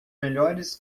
melhores